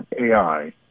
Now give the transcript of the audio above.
AI